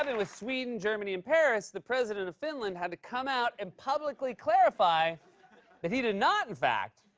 i mean with sweden, germany, and paris, the president of finland had to come out and publicly clarify that he did not, in fact,